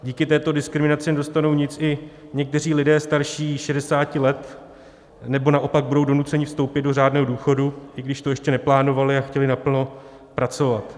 Díky této diskriminaci nedostanou nic i někteří lidé starší 60 let, nebo naopak budou donuceni vstoupit do řádného důchodu, i když to ještě neplánovali a chtěli naplno pracovat.